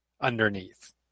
underneath